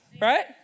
Right